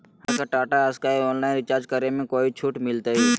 हमरा के Tata sky online recharge करे में कोई छूट मिलतई